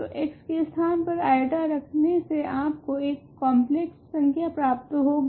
तो x के स्थान पर i रखने से आपको एक कॉम्प्लेक्स संख्या प्राप्त होगी